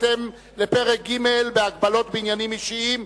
בהתאם לפרק ג' בהגבלות בעניינים אישיים,